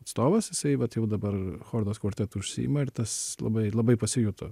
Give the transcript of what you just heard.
atstovas jisai vat jau dabar chordos kvartetu užsiima ir tas labai labai pasijuto